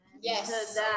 yes